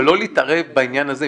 אבל לא להתערב בעניין הזה,